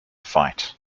fight